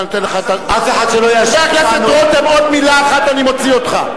חבר הכנסת רותם, אני אוציא אותך.